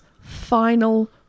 final